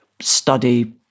study